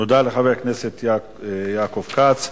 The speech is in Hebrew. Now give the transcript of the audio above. תודה לחבר הכנסת יעקב כץ.